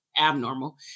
abnormal